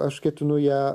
aš ketinu ją